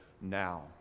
now